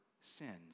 sins